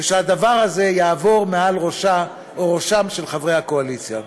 והדבר הזה עובר מעל ראשם של חברי הקואליציה.